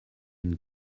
une